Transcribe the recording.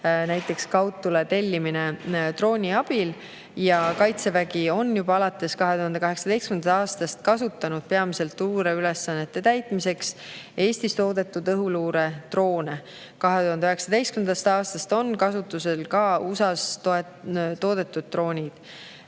tuua] kaudtule tellimise drooni abil. Kaitsevägi on juba alates 2018. aastast kasutanud peamiselt luureülesannete täitmiseks Eestis toodetud õhuluuredroone. 2019. aastast on kasutusel ka USA-s toodetud droonid.